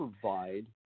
provide